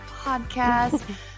podcast